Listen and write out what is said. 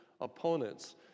opponents